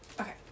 Okay